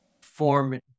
form